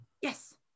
Yes